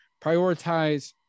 prioritize